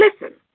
listen